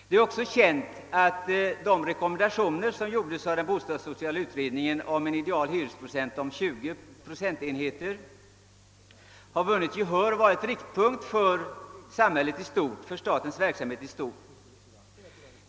Det är också känt att de rekommendationer om en ideal hyresandel av 20 procentenheter, som gjordes av den bostadssociala utredningen, har vunnit gehör och varit riktpunkt för statens verksamhet i stort.